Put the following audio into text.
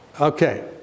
Okay